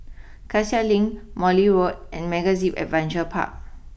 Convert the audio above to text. Cassia Link Morley Road and MegaZip Adventure Park